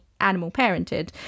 animal-parented